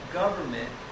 government